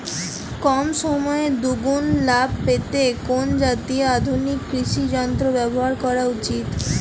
কম সময়ে দুগুন লাভ পেতে কোন জাতীয় আধুনিক কৃষি যন্ত্র ব্যবহার করা উচিৎ?